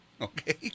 okay